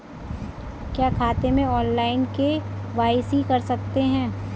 क्या खाते में ऑनलाइन के.वाई.सी कर सकते हैं?